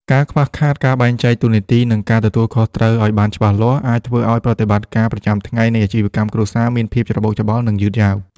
ការខ្វះខាតការបែងចែកតួនាទី និងការទទួលខុសត្រូវឱ្យបានច្បាស់លាស់ អាចធ្វើឱ្យប្រតិបត្តិការប្រចាំថ្ងៃនៃអាជីវកម្មគ្រួសារមានភាពច្របូកច្របល់ និងយឺតយ៉ាវ។